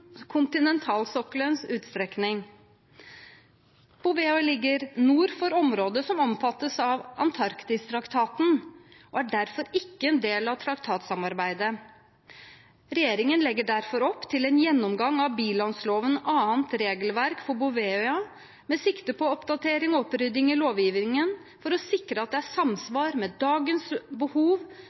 utstrekning. Bouvetøya ligger nord for området som omfattes av Antarktistraktaten, og er derfor ikke en del av traktatssamarbeidet. Regjeringen legger derfor opp til en gjennomgang av bilandsloven og annet regelverk for Bouvetøya med sikte på oppdatering og opprydning i lovgivningen for å sikre at det er samsvar med dagens behov